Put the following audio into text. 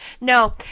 No